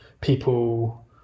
people